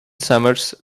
summers